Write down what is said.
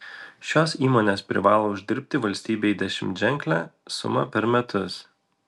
šios įmonės privalo uždirbti valstybei dešimtženklę sumą per metus